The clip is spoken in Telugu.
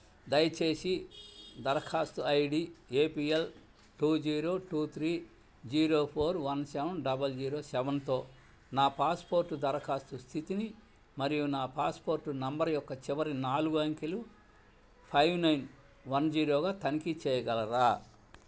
దయచేసి దరఖాస్తు ID APL two zero two three zero four one one seven double zero సెవన్తో నా పాస్పోర్టు దరఖాస్తు స్థితిని మరియు నా పాస్పోర్టు నంబర్ యొక్క చివరి నాలుగు అంకెలు ఫైవ్ నైన్ వన్ జీరోగా తనిఖీ చేయగలరా